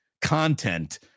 content